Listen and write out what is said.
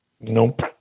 Nope